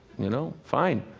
you know? fine.